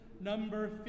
number